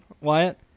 Wyatt